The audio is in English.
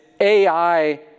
AI